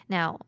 Now